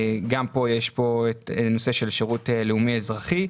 גם פה יש את הנושא של שירות לאומי-אזרחי.